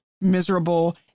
miserable